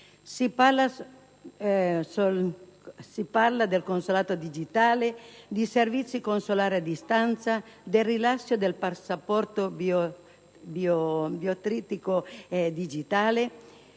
Si parla di «consolato digitale», di «servizi consolari a distanza» e di rilascio «del passaporto biometrico digitale»: